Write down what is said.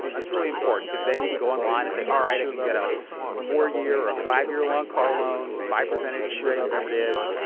that's really important because then you can go online and say, all right, i can get a four-year or a five-year-long car loan, five percent interest rate whatever it is.